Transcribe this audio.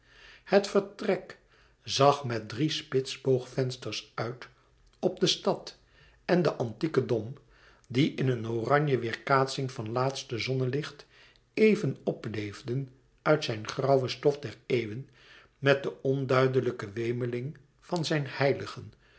het vertrek zag met drie spitsboogvensters uit op de stad en den antieken dom die in een oranje weêrkaatsing van laatste zonnelicht even opleefde uit zijn grauwe stof der eeuwen met de onduidelijke wemeling van zijn heiligen